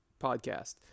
podcast